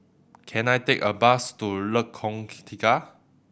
can I take a bus to Lengkong key Tiga